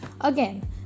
Again